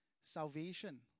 salvation